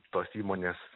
tos įmonės